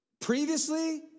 Previously